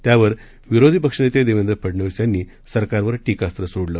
यावर विरोधी पक्षनेते देवेंद्र फडनवीस यांनी सरकारवर टीकास्त्र सोडलं